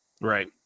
right